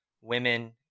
women